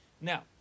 Now